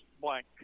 blank